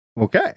Okay